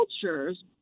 cultures